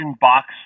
box